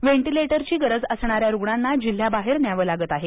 व्हेंटिलेटरची गरज असणाऱ्या रूग्णांना जिल्ह्याबाहेर न्यावे लागत आहे